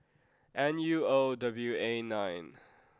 N U O W A nine